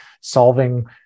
solving